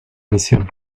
misión